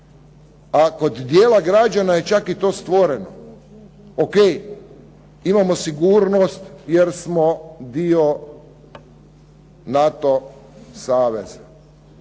a kod dijela građana je čak i to stvoreno. O.k. Imamo sigurnost jer smo dio NATO saveza.